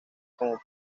como